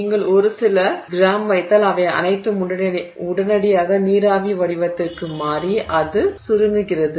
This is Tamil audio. நீங்கள் ஒரு சில கிராம் வைத்தால் அவை அனைத்தும் உடனடியாக நீராவி வடிவத்திற்கு மாறி அது சுருங்குகிறது ஒடுங்குகிறது